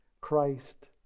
Christ